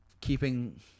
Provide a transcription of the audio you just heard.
keeping